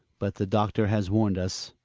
but the doctor has warned us.